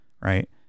Right